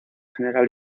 general